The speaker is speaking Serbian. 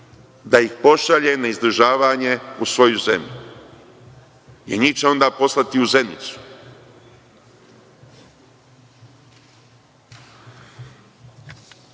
da ih pošalje na izdržavanje u svoju zemlju. Njih će onda poslati u Zenicu. Hteo